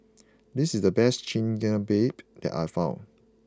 this is the best Chigenabe that I found